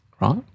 right